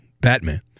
Batman